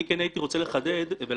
אני הייתי מבקש שברגע